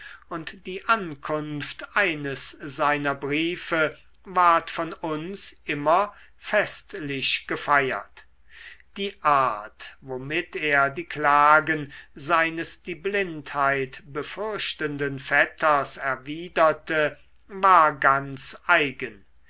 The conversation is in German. und die ankunft eines seiner briefe ward von uns immer festlich gefeiert die art womit er die klagen seines die blindheit befürchtenden vetters erwiderte war ganz eigen